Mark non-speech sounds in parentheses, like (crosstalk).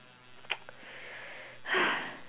(noise)